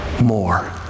more